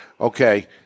Okay